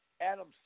Adam